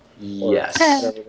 Yes